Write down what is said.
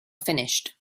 finished